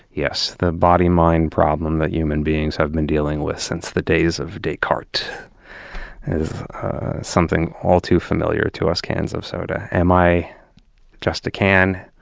yes. the body-mind problem that human beings have been dealing with since the days of descartes is something all too familiar to us cans of soda. am i just a can?